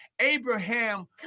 Abraham